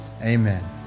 amen